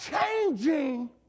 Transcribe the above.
changing